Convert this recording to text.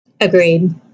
Agreed